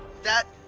that.